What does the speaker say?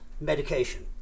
medication